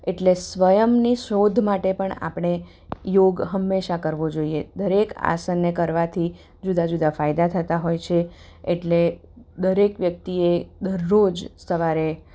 એટલે સ્વયંની શોધ માટે પણ આપણે યોગ હંમેશા કરવો જોઈએ દરેક આસનને કરવાથી જુદા જુદા ફાયદા થતા હોય છે એટલે દરેક વ્યક્તિએ દરરોજ સવારે